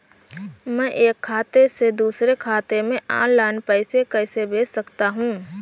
मैं एक खाते से दूसरे खाते में ऑनलाइन पैसे कैसे भेज सकता हूँ?